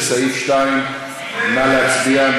לסעיף 2. נא להצביע.